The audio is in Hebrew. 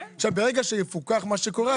ברגע שיפוקח מה שקורה,